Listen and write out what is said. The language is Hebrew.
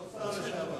לא שר לשעבר.